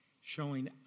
showing